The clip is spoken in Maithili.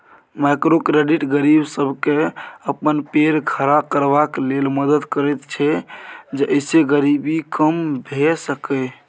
माइक्रो क्रेडिट गरीब सबके अपन पैर खड़ा करबाक लेल मदद करैत छै जइसे गरीबी कम भेय सकेए